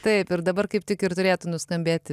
taip ir dabar kaip tik ir turėtų nuskambėti